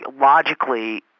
logically